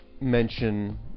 mention